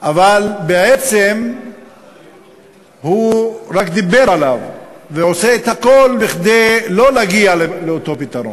אבל בעצם הוא רק דיבר עליו ועושה הכול כדי לא להגיע לאותו פתרון.